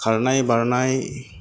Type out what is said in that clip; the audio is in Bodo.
खारनाय बारनाय